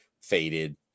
faded